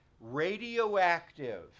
radioactive